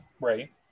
Right